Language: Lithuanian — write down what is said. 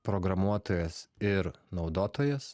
programuotojas ir naudotojas